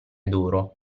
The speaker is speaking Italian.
d’oro